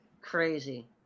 Crazy